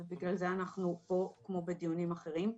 ובגלל זה אנחנו פה כמו בדיונים אחרים.